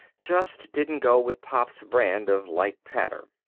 just didn't go with pop's brand of light patter.